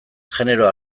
genero